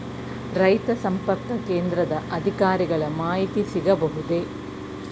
ರೈತ ಸಂಪರ್ಕ ಕೇಂದ್ರದ ಅಧಿಕಾರಿಗಳ ಮಾಹಿತಿ ಸಿಗಬಹುದೇ?